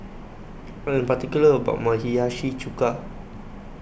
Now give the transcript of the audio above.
I Am particular about My Hiyashi Chuka